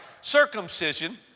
circumcision